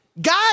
guys